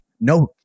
no